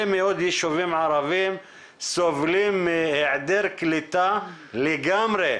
מאוד יישובים ערביים סובלים מהיעדר קליטה לגמרי.